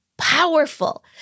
powerful